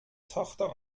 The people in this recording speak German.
tochter